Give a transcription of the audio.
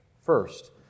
first